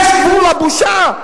יש גבול לבושה.